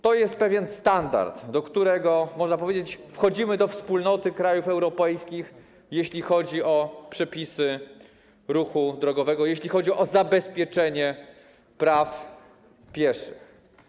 To jest pewien standard, po spełnieniu którego, można powiedzieć, wchodzimy do wspólnoty krajów europejskich, jeśli chodzi o przepisy ruchu drogowego, jeśli chodzi o zabezpieczenie praw pieszych.